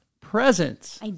presents